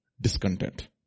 discontent